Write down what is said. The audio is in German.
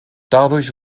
dadurch